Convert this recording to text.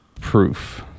proof